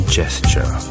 gesture